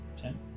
Ten